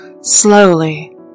slowly